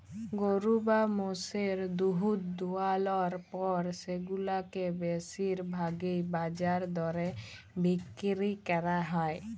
গরু বা মোষের দুহুদ দুয়ালর পর সেগুলাকে বেশির ভাগই বাজার দরে বিক্কিরি ক্যরা হ্যয়